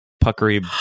puckery